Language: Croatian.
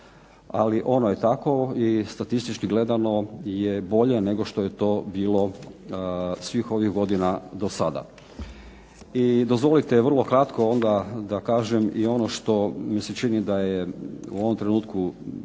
ali ono je takovo i statistički gledano je bolje nego što je to bilo svih ovih godina do sada. I dozvolite vrlo kratko onda da kažem i ono što mi se čini da je u ovom trenutku